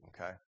okay